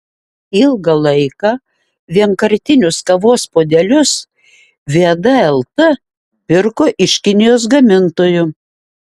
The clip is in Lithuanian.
ilgą laiką vienkartinius kavos puodelius viada lt pirko iš kinijos gamintojų